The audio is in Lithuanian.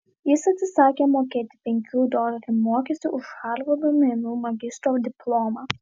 jis atsisakė mokėti penkių dolerių mokestį už harvardo menų magistro diplomą